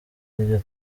iryo